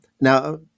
Now